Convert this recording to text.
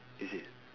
is it